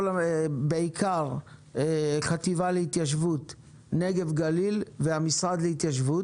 בעיקר החטיבה להתיישבות נגב גליל והמשרד להתיישבות.